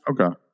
Okay